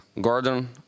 Gordon